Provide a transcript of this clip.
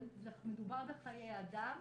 מדובר בחיי אדם,